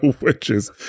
witches